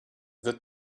that